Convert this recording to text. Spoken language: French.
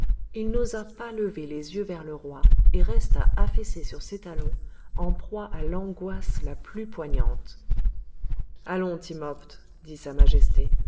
il n'osa pas lever les yeux vers le roi et resta affaissé sur ses talons en proie à l'angoisse la plus poignante allons timopht dit sa majesté